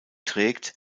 trägt